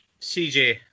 CJ